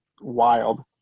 wild